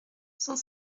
cent